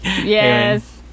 Yes